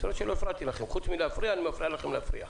חוץ מלהפריע לכם אני מפריע לכם להפריע.